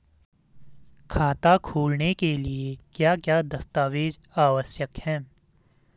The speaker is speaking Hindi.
खाता खोलने के लिए क्या क्या दस्तावेज़ आवश्यक हैं?